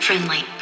Friendly